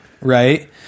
right